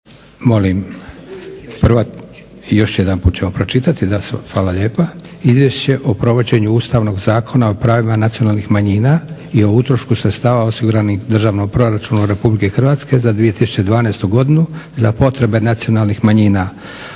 Molim prva, još jedanput ćemo pročitati. Da, hvala lijepa. - Izvješće o provođenju Ustavnog zakona o pravima nacionalnih manjina i o utrošku sredstava osiguranih u Državnom proračunu Republike Hrvatske za 2012. godinu za potrebe nacionalnih manjina